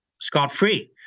scot-free